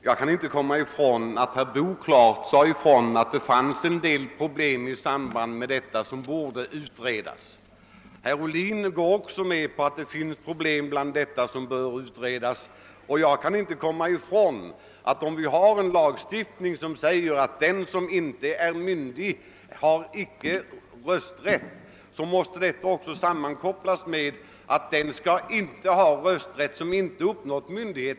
Herr talman! Herr Boo sade klart ifrån att det i samband med denna fråga finns en del problem som borde utredas, och herr Ohlin medgav också detta. Jag kan inte komma ifrån att om vi har en lagstiftning, som innebär att den som inte är myndig inte heller har rösträtt, så måste det sammankopplas med att den person inte skall ha rösträtt som inte har uppnått myndig ålder.